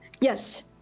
yes